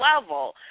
level